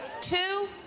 two